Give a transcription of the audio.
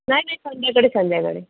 नाही नाही संध्याकाळी संध्याकाळी